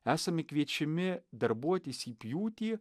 esame kviečiami darbuotis į pjūtį